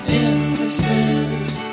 emphasis